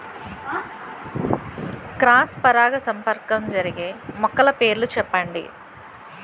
Cross పరాగసంపర్కం జరిగే మొక్కల పేర్లు చెప్పండి?